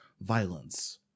violence